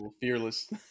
fearless